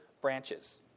branches